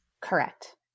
Correct